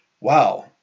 Wow